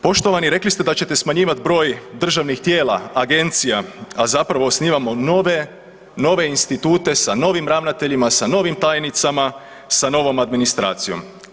Poštovani, rekli ste da ćete smanjivat broj državnih tijela, agencija, a zapravo osnivamo nove, nove institute sa novim ravnateljima, sa novim tajnicama, sa novom administracijom.